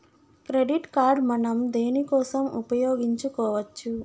Credit card మనం దేనికోసం ఉపయోగించుకోవచ్చు?